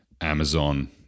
Amazon